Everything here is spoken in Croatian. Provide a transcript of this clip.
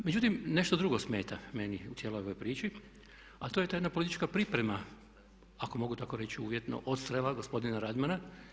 Međutim, nešto drugo smeta meni u cijeloj ovoj priči, a to je ta jedna politička priprema ako mogu tako reći uvjetno odstrela gospodina Radmana.